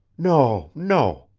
no no,